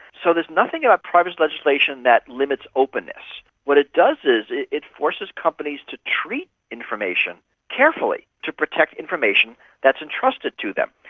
so there's nothing about privacy legislation that limits openness. what it does is it it forces companies to treat information carefully, to protect information that is entrusted to them.